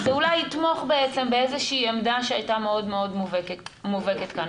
כי זה אולי יתמוך בעצם באיזה שהיא עמדה שהייתה מאוד מאוד מובהקת כאן.